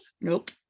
Nope